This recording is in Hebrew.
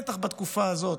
בטח בתקופה הזאת,